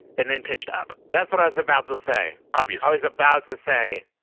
and then pitched up that's what i was about to say obviously i was about to say,